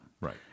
Right